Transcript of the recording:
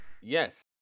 Yes